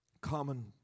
common